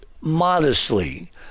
modestly